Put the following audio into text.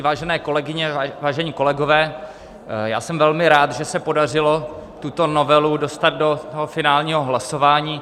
Vážené kolegyně, vážení kolegové, jsem velmi rád, že se podařilo tuto novelu dostat do finálního hlasování.